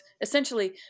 essentially